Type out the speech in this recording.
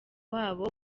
wabo